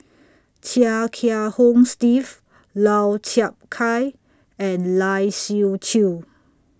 Chia Kiah Hong Steve Lau Chiap Khai and Lai Siu Chiu